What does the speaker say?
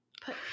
put